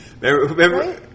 Remember